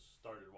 started